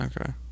Okay